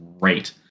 great